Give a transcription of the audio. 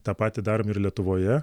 tą patį darome ir lietuvoje